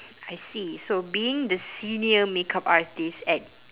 I see so being the senior makeup artist at